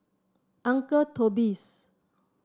Uncle Toby's